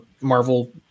Marvel